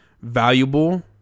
valuable